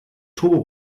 turbo